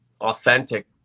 authentic